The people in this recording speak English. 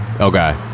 okay